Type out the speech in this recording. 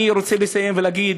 לכן, אני רוצה לסיים ולהגיד